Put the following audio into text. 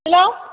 hello